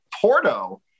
Porto